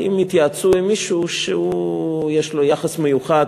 האם התייעצו עם מישהו שיש לו יחס מיוחד